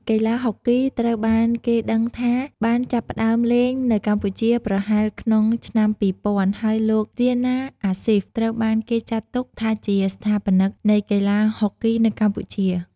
កីឡាហុកគីត្រូវបានគេដឹងថាបានចាប់ផ្ដើមលេងនៅកម្ពុជាប្រហែលក្នុង ឆ្នាំ២០០០ ហើយលោក រាណា អាសុីហ្វ ត្រូវបានគេចាត់ទុកថាជាស្ថាបនិកនៃកីឡាហុកគីនៅកម្ពុជា។